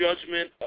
judgment